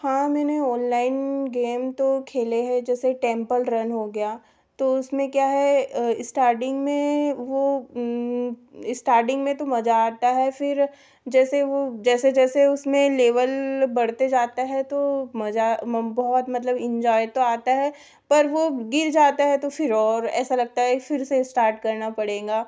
हाँ मैंने online game तो खेले है जैसे टेम्पल रन हो गया तो उसमें क्या है स्टार्टिंग में वह स्टार्टिंग में तो मज़ा आता है फिर जैसे वह जैसे जैसे उसमें लेवल बढ़ते जाता है तो मज़ा बहुत मतलब इन्जॉय तो आता है पर वह गिर जाता है तो फिर और ऐसा लगता है फिर से स्टार्ट करना पड़ेगा